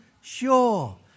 sure